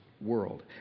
world